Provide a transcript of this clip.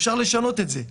אפשר לשנות את זה.